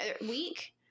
week